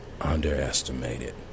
Underestimated